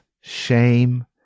shame